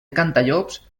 cantallops